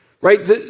Right